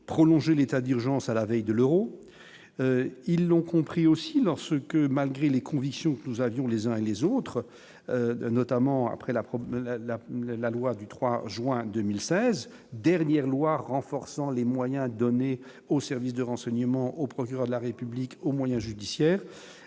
prolongé l'état d'urgence à la veille de l'Euro, ils l'ont compris aussi ce que malgré les convictions que nous avions les uns les autres, notamment après la preuve la la la loi du 3 juin 2016 dernière loi renforçant les moyens donnés aux services de renseignement au procureur de la République au moyens judiciaires,